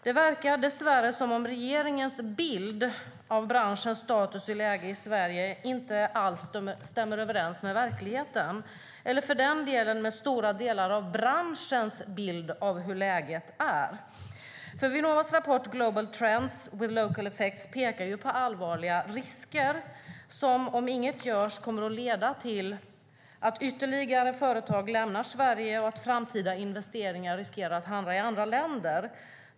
Dess värre verkar det som att regeringens bild av branschens status och läge i Sverige inte alls stämmer överens med verkligheten, eller för den delen med stora delar av branschens bild av läget. Vinnovas rapport Global Trends with Local Effects pekar ju på allvarliga risker som, om inget görs, kommer att leda till att ytterligare företag lämnar Sverige och att framtida investeringar riskerar att hamna i andra länder.